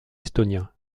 estonien